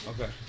Okay